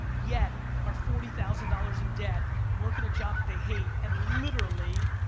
yet are forty thousand dollars in debt, working a job that they hate, and literally,